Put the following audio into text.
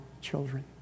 children